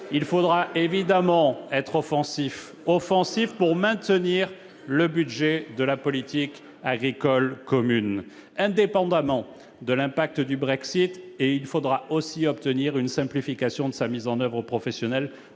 la France devra être offensive pour maintenir le budget de la politique agricole commune, indépendamment de l'impact du Brexit. Il faudra aussi obtenir une simplification de sa mise en oeuvre pour les